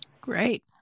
Great